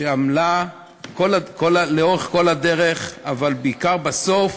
שעמלה לאורך כל הדרך, אבל בעיקר בסוף,